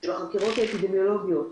של החקירות האפידמיולוגיות,